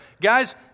Guys